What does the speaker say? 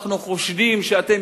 אבל אנחנו חושבים שאתם,